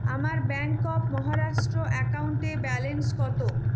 আমার bank of Maharashtra account balance কত